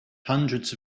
hundreds